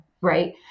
right